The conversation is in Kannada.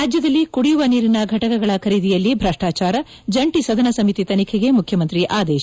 ರಾಜ್ಯದಲ್ಲಿ ಕುಡಿಯುವ ನೀರಿನ ಘಟಕಗಳ ಖರೀದಿಯಲ್ಲಿ ಭ್ರಷ್ವಾಚಾರ ಜಂಟಿ ಸದನ ಸಮಿತಿ ತನಿಖೆಗೆ ಮುಖ್ಯಮಂತ್ರಿ ಆದೇಶ